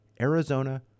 Arizona